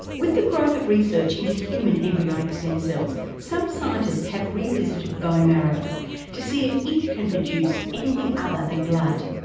with the growth of research into human embryonic stem cells, some scientists have revisited bone marrow to see if it can produce anything other than blood.